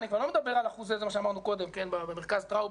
אני כבר לא מדבר על מה שאמרו קודם במרכז טאוב,